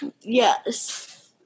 Yes